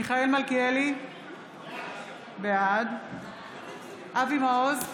מיכאל מלכיאלי, בעד אבי מעוז,